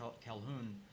Calhoun